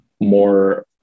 more